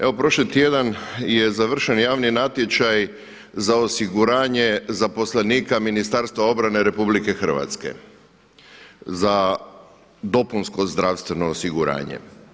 Evo prošli tjedan je završen javni natječaj za osiguranje zaposlenika Ministarstva obrane RH za dopunsko zdravstveno osiguranje.